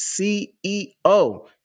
CEO